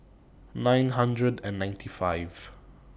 nine hundred and ninety five